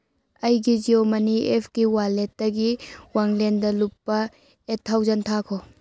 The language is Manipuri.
ꯑꯩꯒꯤ ꯖꯤꯑꯣ ꯃꯅꯤ ꯑꯦꯞꯀꯤ ꯋꯥꯂꯦꯠꯇꯒꯤ ꯋꯥꯡꯂꯦꯟꯗ ꯂꯨꯄꯥ ꯑꯩꯠ ꯊꯥꯎꯖꯟ ꯊꯥꯈꯣ